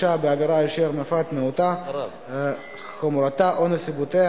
התשע"א 2011. חוק הספורט קובע הסדרים שונים בתחום הספורט,